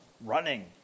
Running